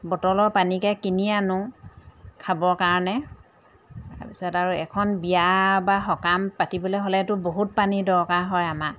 বটলৰ পানীকে কিনি আনো খাবৰ কাৰণে তাৰপিছত আৰু এখন বিয়া বা সকাম পাতিবলৈ হ'লেতো বহুত পানী দৰকাৰ হয় আমাৰ